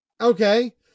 Okay